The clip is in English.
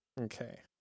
Okay